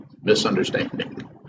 misunderstanding